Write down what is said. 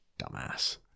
Dumbass